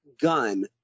gun